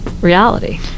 reality